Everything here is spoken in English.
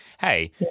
hey